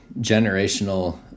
generational